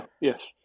yes